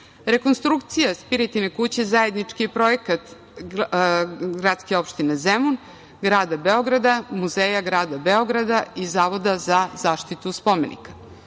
adut. Rekonstrukcija Spirtine kuće zajednički je projekat gradske opštine Zemun, grada Beograda, Muzeja grada Beograda i Zavoda za zaštitu spomenika.